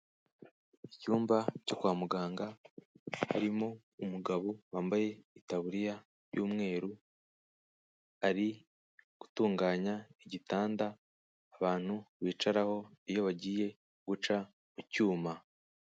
Icyumba cyo kwa muganga, harimo umugabo wambaye itaburiya y'umweru, ari gutunganya igitanda abantu bicaraho iyo bagiye guca mu cyuma.